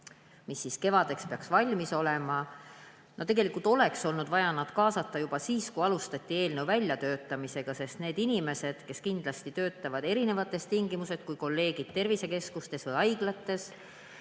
mis peaks kevadeks valmis olema. Tegelikult oleks olnud vaja neid kaasata juba siis, kui alustati eelnõu väljatöötamist, sest need inimesed, kes töötavad erinevates tingimustes kui kolleegid tervisekeskustes või haiglates